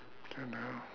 don't know